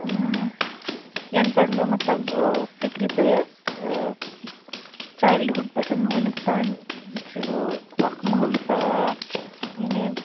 یَنہٕ پٮ۪ٹھ بہٕ مَطلَب فِکرٕ پیٚیَس چیلڑٕہُڈ پٮ۪ٹھ وُنیُک تانۍ چھُ ہہُ اکھ مٲلہٕ یعنی